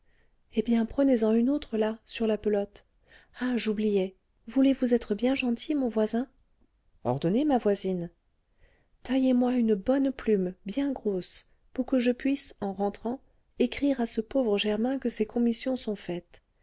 eh bien prenez-en une autre là sur la pelote ah j'oubliais voulez-vous être bien gentil mon voisin ordonnez ma voisine taillez moi une bonne plume bien grosse pour que je puisse en rentrant écrire à ce pauvre germain que ses commissions sont faites